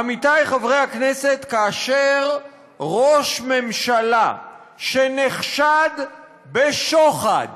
עמיתיי חברי הכנסת, כאשר ראש ממשלה שנחשד בשוחד